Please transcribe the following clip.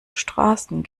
straßen